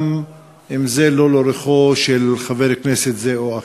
גם אם זה לא לרוחו של חבר כנסת זה או אחר.